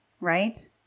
right